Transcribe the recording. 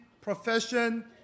profession